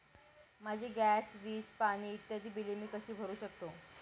माझी गॅस, वीज, पाणी इत्यादि बिले मी कशी भरु शकतो?